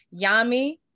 Yami